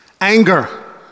Anger